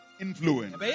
influence